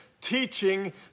teaching